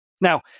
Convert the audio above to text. Now